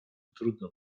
trudno